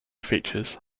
features